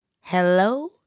hello